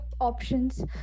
options